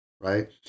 right